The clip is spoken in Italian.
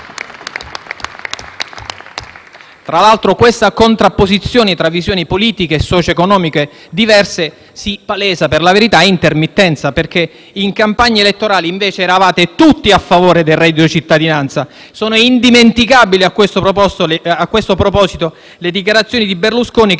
Tra l'altro, questa contrapposizione tra visioni politiche e socioeconomiche diverse si palesa per la verità ad intermittenza, perché in campagna elettorale invece eravate tutti a favore del reddito di cittadinanza. Sono indimenticabili, a questo proposito, le dichiarazioni di Berlusconi,